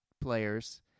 players